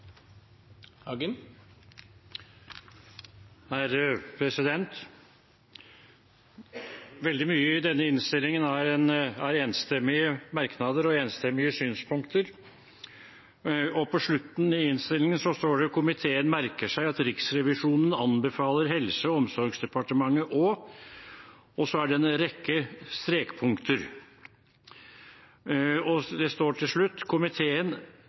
glede av. Veldig mye i denne innstillingen er enstemmige merknader og enstemmige synspunkter. På slutten av innstillingen står det: «Komiteen merker seg at Riksrevisjonen anbefaler Helse- og omsorgsdepartementet å» – og så følger det en rekke strekpunkter. Det står til slutt: